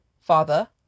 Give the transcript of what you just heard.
father